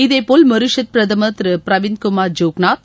இதேபோல் மொரீஷியஷ் பிரதமர் திரு பிரவிந்த் குமார் ஜூக்நாத்